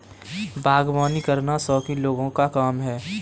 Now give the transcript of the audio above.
बागवानी करना शौकीन लोगों का काम है